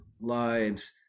lives